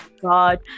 God